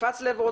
קפץ לעברו,